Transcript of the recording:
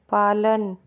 पालन